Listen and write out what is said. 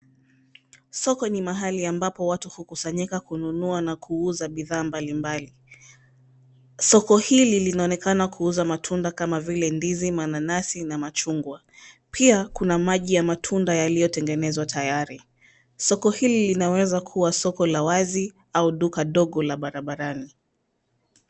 Soko ni mahali ambapo watu hukusanyika kununua na kuuza bidhaa mbali mbali. Soko hili linaonekana kuuza matunda kama vile ndizi, mananasi na machungwa. Pia kuna maji ya matunda yaliotengenezwa tayari. Soko hili linaweza kuwa soko la wazi au duka dogo la barabarani.